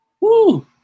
woo